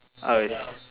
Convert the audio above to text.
I was